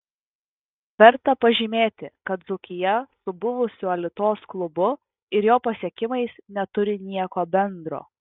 verta pažymėti kad dzūkija su buvusiu alitos klubu ir jo pasiekimais neturi nieko bendro